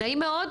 נעים מאוד,